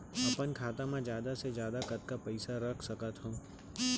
अपन खाता मा जादा से जादा कतका पइसा रख सकत हव?